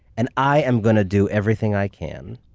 and i am going to do everything i can